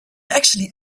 actually